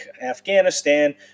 Afghanistan